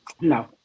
No